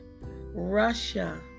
Russia